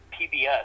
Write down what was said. PBS